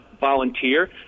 volunteer